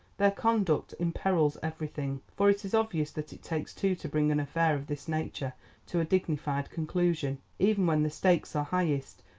their conduct imperils everything, for it is obvious that it takes two to bring an affair of this nature to a dignified conclusion, even when the stakes are highest,